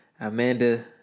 Amanda